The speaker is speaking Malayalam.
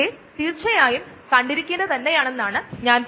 ഓർഗാനിസം സബ്സ്ട്രേറ്റ്നെ ആവശ്യമുള്ള ഉൽപ്പന്നമായി മാറ്റുന്നു